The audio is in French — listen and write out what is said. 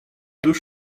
deux